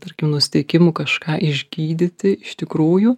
tarkim nusiteikimų kažką išgydyti iš tikrųjų